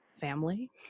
family